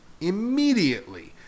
immediately